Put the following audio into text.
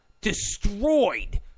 destroyed